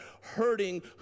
hurting